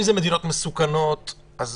אם זה מדינות מסוכנות אז